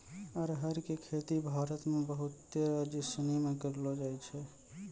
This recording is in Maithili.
अरहर के खेती भारत मे बहुते राज्यसनी मे करलो जाय छै